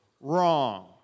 wrong